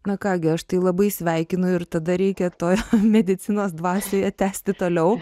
na ką gi aš tai labai sveikinu ir tada reikia toj medicinos dvasioje tęsti toliau